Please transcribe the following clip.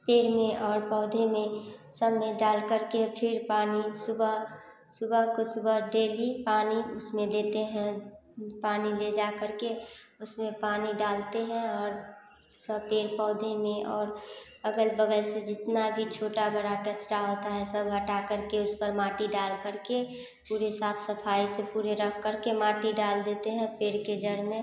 पेड़ में और पौधे में सब में डालकर के फिर पानी सुबह सुबह को सुबह डेली पानी उसमें देते हैं पानी ले जाकर के उसमें पानी डालते हैं और सब पेड़ पौधे में और अगल बगल से जितना भी छोटा बड़ा कचरा होता है सब हटाकर के उस पर माटी डालकर के पूरे साफ सफाई से पूरे रखकर के माटी डाल देते हैं पेड़ के जड़ में